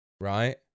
right